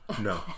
No